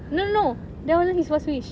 no no no that wasn't his first wish